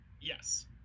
Yes